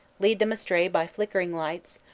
lead them astray by flickering lights,